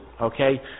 Okay